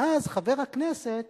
ואז חבר הכנסת